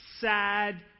sad